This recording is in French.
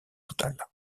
total